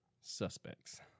suspects